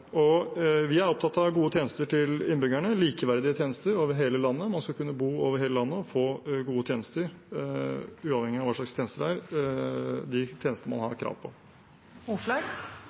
Vi er opptatt av gode tjenester til innbyggerne og likeverdige tjenester over hele landet. Man skal kunne bo i hele landet og få gode tjenester – uavhengig av hva slags tjenester det er – og man skal få de tjenestene man har krav på.